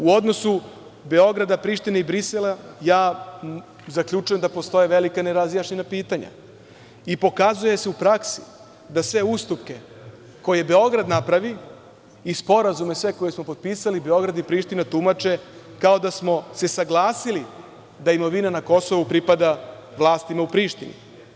U odnosu Beograda, Prištine i Brisela zaključujem da postoje velika nerazjašnjena pitanja i pokazuje se u praksi da sve ustupke koje Beograd napravi i sve sporazume koje smo potpisali Beograd i Priština tumače kao da smo se saglasili da imovina na Kosovu pripada vlastima u Prištini.